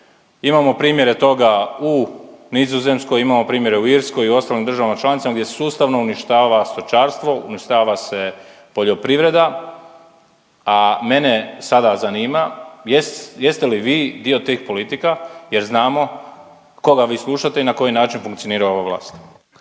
imamo primjere toga u Nizozemskoj, imamo primjere u Irskoj i ostalim državama članicama gdje se sustavno uništava stočarstvo, uništava se poljoprivreda, a mene sada zanima jeste li vi dio tih politika jer znamo koga vi slušate i na koji način funkcionira ova vlast.